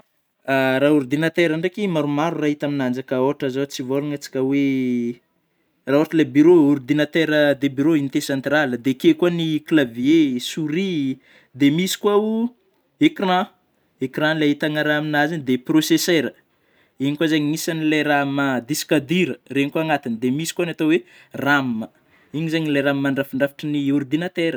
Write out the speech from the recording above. Raha ordinateur ndraiky; maromaro hita aminanjy ôhatry tsy hivôlgna tsika oe, raha ôhatry ilay bureau, odinateur de bureau: unité centrale ,dia akeo koa ny clavier, souris, dia misy koa ao, écran ilay ahitana raha ammin'azy igny, de processeur igny koa zegny anisan'ny le raha discadure, regny koa anatigny, dia misy koa ny atao oe ram, iny zagny le raha mandrafindrafitry ny ordinateur.